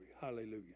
hallelujah